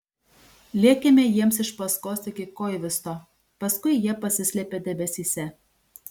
lėkėme jiems iš paskos iki koivisto paskui jie pasislėpė debesyse